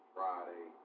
Friday